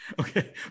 okay